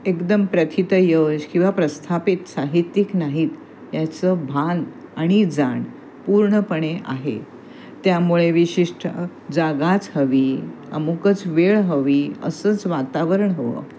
एकदम प्रथितयश किंवा प्रस्थापित साहित्यिक नाहीत याचं भान आणि जाण पूर्णपणे आहे त्यामुळे विशिष्ट जागाच हवी अमुकच वेळ हवी असंच वातावरण हवं